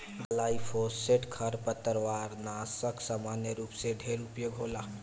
glyphosate खरपतवारनाशक सामान्य रूप से ढेर उपयोग होला